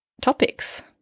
topics